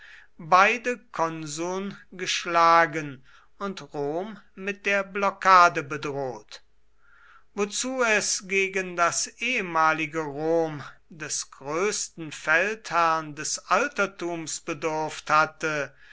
beide konsuln geschlagen und rom mit der blockade bedroht wozu es gegen das ehemalige rom des größten feldherrn des altertums bedurft hatte